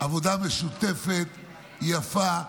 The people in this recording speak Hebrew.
עבודה משותפת, יפה,